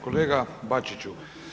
Kolega Bačiću.